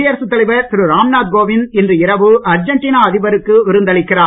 குடியரசு தலைவர் திரு ராம்நாத் கோவிந்த் இன்று இரவு அர்ஜென்டினா அதிபருக்கு விருந்தளிக்கிறார்